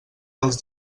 dels